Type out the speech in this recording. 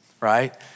right